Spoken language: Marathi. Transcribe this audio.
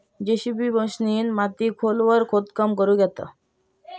जेसिबी मशिनीन मातीत खोलवर खोदकाम करुक येता